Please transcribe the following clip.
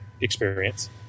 experience